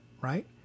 right